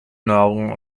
nahrung